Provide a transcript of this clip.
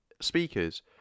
speakers